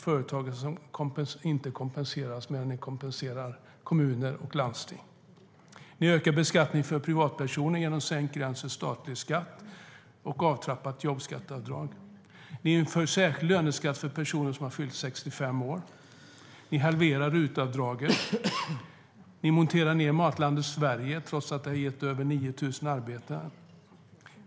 Företagen kompenseras inte, medan ni kompenserar kommuner och landsting. Ni ökar beskattningen för privatpersoner genom sänkt gräns för statlig skatt och avtrappat jobbskatteavdrag. Ni inför särskild löneskatt för personer som fyllt 65 år. Ni halverar RUT-avdraget. Ni monterar ned Matlandet Sverige, trots att det gett över 9 000 arbeten.